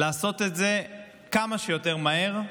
לעשות את זה כמה שיותר מהר,